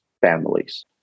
families